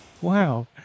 wow